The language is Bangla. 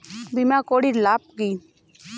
বিমা করির লাভ কি?